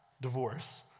divorce